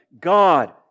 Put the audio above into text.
God